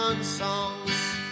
songs